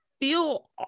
feel